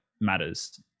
matters